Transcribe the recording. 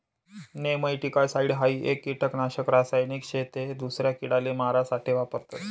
nematicide हाई एक किडानाशक रासायनिक शे ते दूसरा किडाले मारा साठे वापरतस